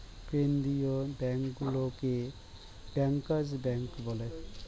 কেন্দ্রীয় ব্যাঙ্কগুলোকে bankers bank বলে